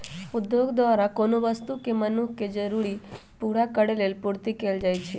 उद्योग द्वारा कोनो वस्तु के मनुख के जरूरी पूरा करेलेल पूर्ति कएल जाइछइ